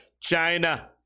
China